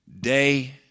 day